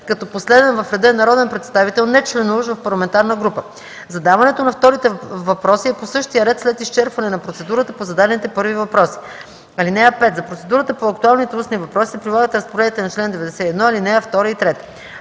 като последен в реда е народен представител, нечленуващ в парламентарна група. Задаването на вторите въпроси е по същия ред след изчерпване на процедурата по зададените първи въпроси. (5) За процедурата по актуалните устни въпроси се прилагат разпоредбите на чл. 91, ал. 2 и 3.